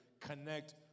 connect